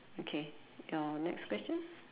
okay your next question